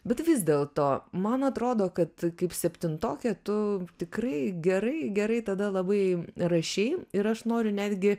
bet vis dėlto man atrodo kad kaip septintokė tu tikrai gerai gerai tada labai rašei ir aš noriu netgi